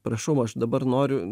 prašau aš dabar noriu